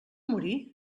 morir